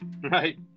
right